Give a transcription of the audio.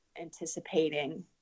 anticipating